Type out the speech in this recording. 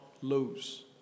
lose